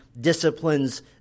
disciplines